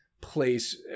place